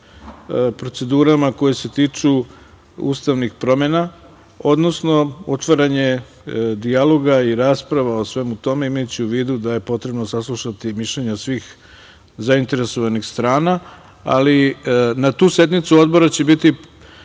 procedurama koje se tiču ustavnih promena, odnosno otvaranje dijaloga i rasprava o svemu tome, imajući u vidu da je potrebno saslušati mišljenja svih zainteresovanih strana. Na tu sednicu odbora će biti